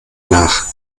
nach